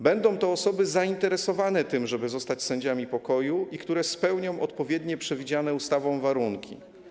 Będą to osoby zainteresowane tym, żeby zostać sędziami pokoju, i które spełnią odpowiednie, przewidziane ustawą warunki.